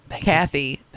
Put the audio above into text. Kathy